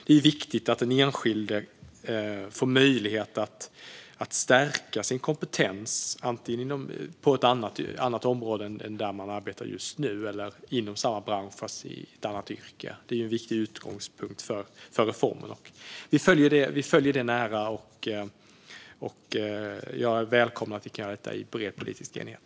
Det är viktigt att den enskilde får möjlighet att stärka sin kompetens, antingen på ett annat område än det där man arbetar just nu eller inom samma bransch fast i ett annat yrke. Det är en viktig utgångspunkt för reformen. Vi följer den nära, och jag välkomnar att vi kan göra detta i bred politisk enighet.